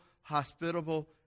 hospitable